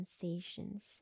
sensations